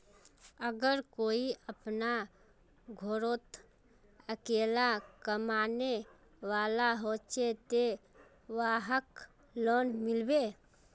अगर कोई अपना घोरोत अकेला कमाने वाला होचे ते वहाक लोन मिलबे?